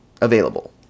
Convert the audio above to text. available